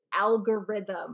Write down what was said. algorithm